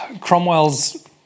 Cromwell's